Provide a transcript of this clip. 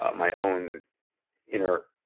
ah my own inner